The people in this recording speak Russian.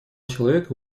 человека